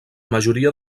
majoria